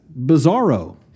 bizarro